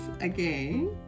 again